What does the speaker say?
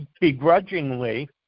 begrudgingly